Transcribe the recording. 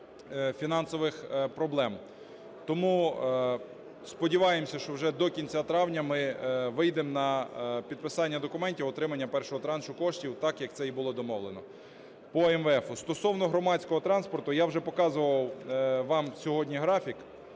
Тому сподіваємося, що вже до кінця травня ми вийдемо на підписання документів і отримання першого траншу коштів, так, як це і було домовлено. По МВФ. Стосовно громадського транспорту. Я вже показував вам сьогодні графік.